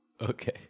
Okay